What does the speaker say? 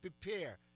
prepare